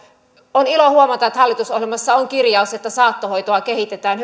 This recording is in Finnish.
on ilo huomata että hallitusohjelmassa on kirjaus että saattohoitoa kehitetään